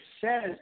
says